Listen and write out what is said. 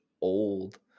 old